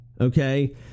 Okay